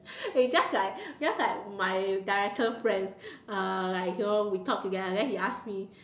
it's just like just like my director friend uh like you know we talk together then he ask me